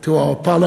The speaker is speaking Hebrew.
to our parliament,